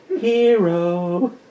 Hero